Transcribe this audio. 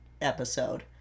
episode